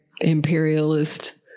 imperialist